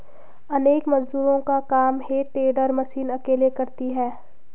अनेक मजदूरों का काम हे टेडर मशीन अकेले करती है